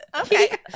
Okay